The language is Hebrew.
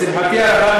לשמחתי הרבה,